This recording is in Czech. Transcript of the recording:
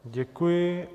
Děkuji.